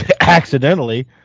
accidentally